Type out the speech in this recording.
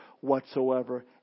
whatsoever